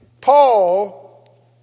Paul